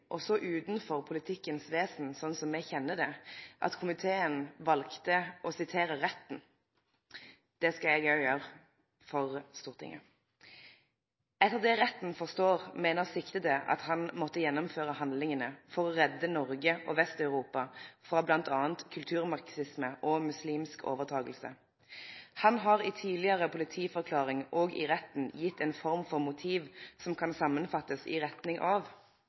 utanfor politikkens vesen slik me kjenner det, at komiteen valde å sitere retten. Det skal eg òg gjere for Stortinget: «Etter det retten forstår mener siktede at han måtte gjennomføre handlingene for «å redde Norge og Vest-Europa fra bl.a. kulturmarxisme og muslimsk overtagelse». Han har i tidligere politiforklaring og i retten gitt en form for motiv som kan sammenfattes i retning av